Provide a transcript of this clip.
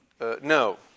No